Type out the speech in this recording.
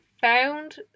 found